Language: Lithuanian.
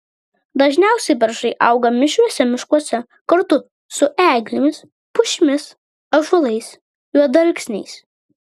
dažniausiai beržai auga mišriuose miškuose kartu su eglėmis pušimis ąžuolais juodalksniais